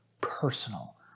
personal